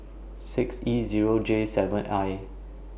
six E Zero J seven I